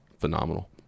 phenomenal